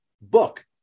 book